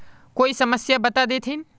कोई समस्या बता देतहिन?